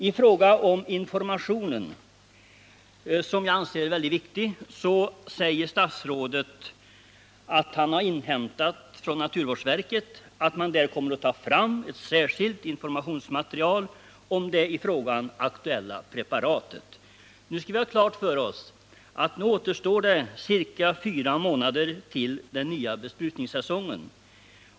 I frågan om informationen, som jag anser mycket viktig, säger statsrådet att han har inhämtat från naturvårdsverket att man där kommer att ta fram ett särskilt informationsmaterial om det i frågan aktuella preparatet. Nu skall vi ha klart för oss att det återstår fyra månader till den nya besprutningssäsongen.